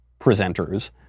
presenters